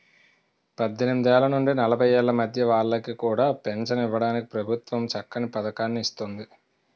పద్దెనిమిదేళ్ల నుండి నలభై ఏళ్ల మధ్య వాళ్ళకి కూడా పెంచను ఇవ్వడానికి ప్రభుత్వం చక్కని పదకాన్ని ఇస్తోంది